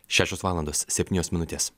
šešios valandos septynios minutės